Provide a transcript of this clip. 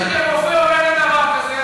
כרופא אומר דבר כזה,